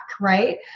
Right